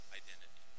identity